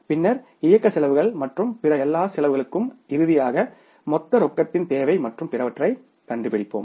பின்னர் இயக்கச் செலவுகள் மற்றும் பிற எல்லா செலவுகளுக்கும் இறுதியாக மொத்த ரொக்கத்தின் தேவை மற்றும் பிறவற்றை கண்டுபிடிப்போம்